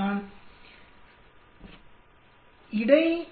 நான் இடைக்கான